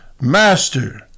Master